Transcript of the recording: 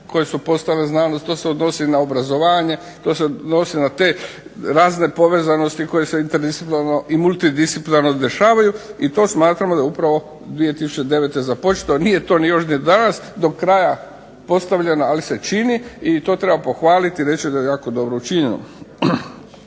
koje su postale znanost, to se odnosi na obrazovanje, to se odnose na razne povezanosti koji se interdisciplinarno i multidisciplinarno dešavaju i to smatrao da upravo 2009. započeto, nije to još ni danas do kraja postavljeno ali se čini i to treba pohvaliti i reći da je jako dobro učinjeno.